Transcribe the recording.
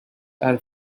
are